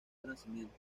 renacimiento